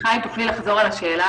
קיימת תשתית לתמוך בהגדלה,